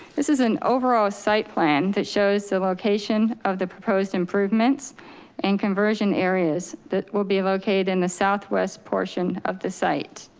this is an overall site plan that shows the location of the proposed improvements and conversion areas that will be located in the southwest portion of the site.